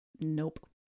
Nope